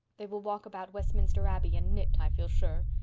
they will walk about westminster abbey and knit, i feel sure.